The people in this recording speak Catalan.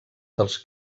dels